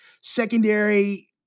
Secondary